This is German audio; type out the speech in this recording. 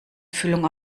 füllung